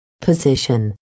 Position